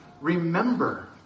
remember